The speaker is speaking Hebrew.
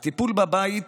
הטיפול בבית,